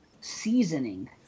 seasoning